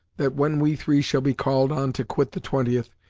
that when we three shall be called on to quit the twentieth,